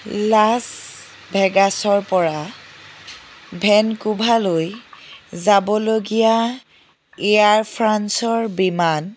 Las ভেগাছৰপৰা ভেনকুভাৰলৈ যাবলগীয়া এয়াৰ ফ্ৰান্সৰ বিমান